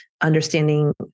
understanding